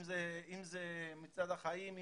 אם זה מצעד החיים,